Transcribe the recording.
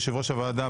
יושב ראש ועדת החוקה,